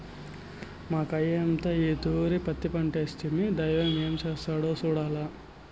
మాకయ్యంతా ఈ తూరి పత్తి పంటేస్తిమి, దైవం ఏం చేస్తాడో సూడాల్ల